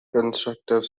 constructive